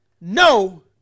no